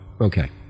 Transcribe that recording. okay